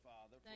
Father